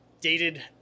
dated